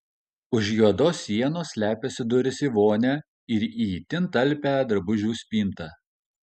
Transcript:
už juodos sienos slepiasi durys į vonią ir į itin talpią drabužių spintą